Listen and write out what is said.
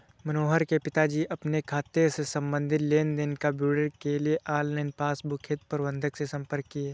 मनोहर के पिताजी अपने खाते से संबंधित लेन देन का विवरण के लिए ऑनलाइन पासबुक हेतु प्रबंधक से संपर्क किए